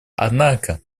однако